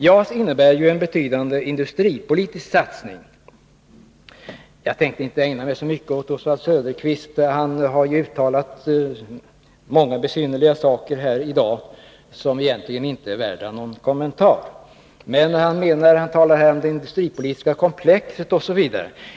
JAS innebär en betydande industripolitisk satsning. Jag tänker inte ägna mig så mycket åt Oswald Söderqvist, som har uttalat många besynnerliga saker här i dag som egentligen inte är värda någon kommentar. Men han talar om det militärindustripolitiska komplexet osv.